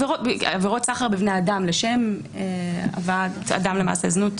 עבירות סחר בבני אדם לשם הבאת אדם למעשה זנות,